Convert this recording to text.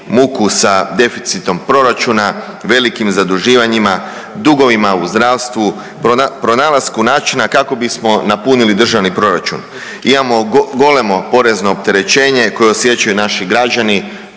muku sa deficitom proračuna, velikim zaduživanjima, dugovima u zdravstvu, pronalasku načina kako bismo napunili državni proračun. Imamo golemo porezno opterećenje koje osjećaju naši građani,